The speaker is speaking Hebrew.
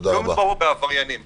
לא מדובר פה בעבריינים.